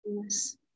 Yes